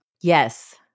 Yes